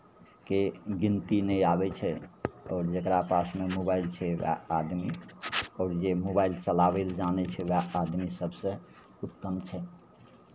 के गिनती नहि आबै छै आओर जकरा पासमे मोबाइल छै ओकरा आदमी आओर जे मोबाइल चलाबै लेल जानै छै उएह आदमी सभसँ उत्तम छै